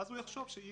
ואז הוא יחשוב שאי